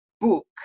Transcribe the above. book